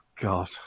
God